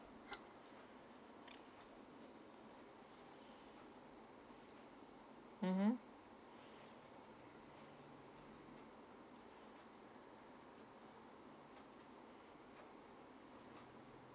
mmhmm